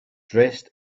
dressed